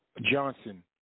Johnson